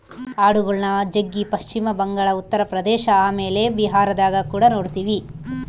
ಆಡುಗಳ್ನ ಜಗ್ಗಿ ಪಶ್ಚಿಮ ಬಂಗಾಳ, ಉತ್ತರ ಪ್ರದೇಶ ಆಮೇಲೆ ಬಿಹಾರದಗ ಕುಡ ನೊಡ್ತಿವಿ